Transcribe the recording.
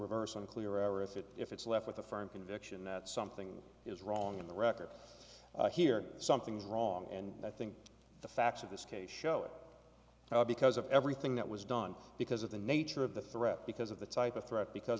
reverse and clear as it if it's left with a firm conviction that something is wrong in the record here something is wrong and i think the facts of this case show up now because of everything that was done because of the nature of the threat because of the type of threat because